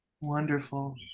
Wonderful